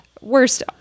worst